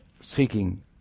seeking